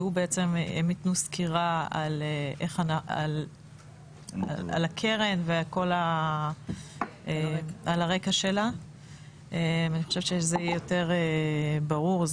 שהם ייתנו סקירה על הקרן ועל הרקע שלה ואני חושבת שזה יהיה יותר ברור,